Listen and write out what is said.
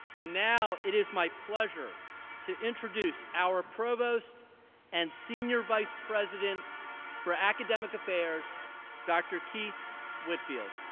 and now it is my pleasure to introduce our provost and senior vice president for academic affairs dr. keith whitfield.